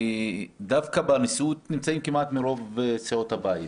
בנשיאות נמצאים מרוב סיעות הבית.